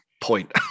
Point